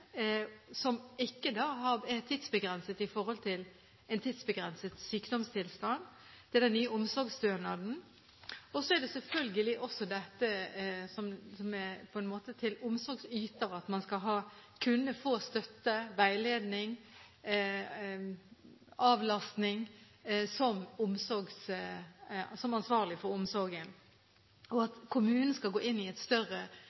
som ikke er tidsbegrenset i forhold til en sykdomstilstand, det er den nye omsorgsstønaden, og så er det selvfølgelig også dette som gjelder omsorgsyter, at man skal kunne få støtte, veiledning og avlastning som ansvarlig for omsorgen, og at kommunen skal gå inn i et større